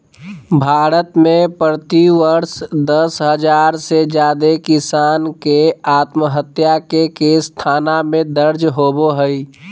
भारत में प्रति वर्ष दस हजार से जादे किसान के आत्महत्या के केस थाना में दर्ज होबो हई